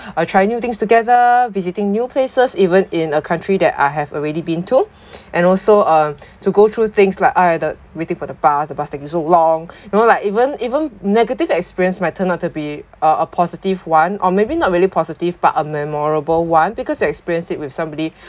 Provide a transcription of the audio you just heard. uh try new things together visiting new places even in a country that I have already been to and also uh to go through things like either waiting for the bus the bus taking so long you know like even even negative experience might turn out to be a positive one or maybe not really positive but a memorable one because you experience it with somebody